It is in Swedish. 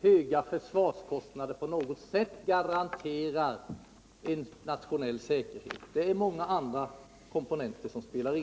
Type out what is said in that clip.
Höga försvarskostnader garanterar inte på något sätt en nationell säkerhet. Det är många andra komponenter som spelar in.